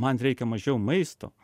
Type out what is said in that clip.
man reikia mažiau maisto